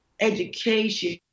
education